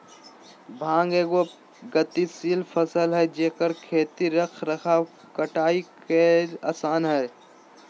भांग एगो गतिशील फसल हइ जेकर खेती रख रखाव कटाई करेय आसन हइ